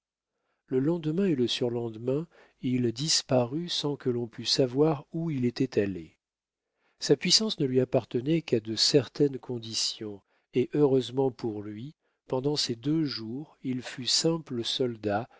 le lendemain et le surlendemain il disparut sans que l'on pût savoir où il était allé sa puissance ne lui appartenait qu'à de certaines conditions et heureusement pour lui pendant ces deux jours il fut simple soldat